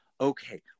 okay